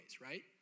right